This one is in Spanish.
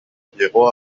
llegó